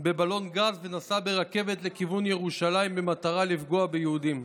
בבלון גז ונסעה ברכבה לכיוון ירושלים במטרה לפגוע ביהודים.